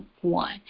one